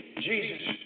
Jesus